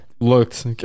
looked